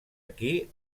aquí